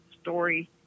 story